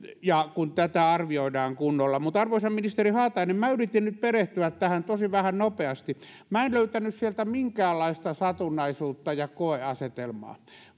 kun tätä arvioidaan kunnolla arvoisa ministeri haatainen minä yritin nyt perehtyä tähän tosin vähän nopeasti mutta minä en löytänyt sieltä minkäänlaista satunnaisuutta ja koeasetelmaa